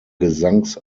gesangs